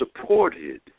supported